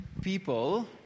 people